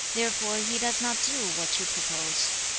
therefore he does not do what you propose.